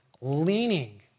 leaning